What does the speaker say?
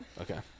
Okay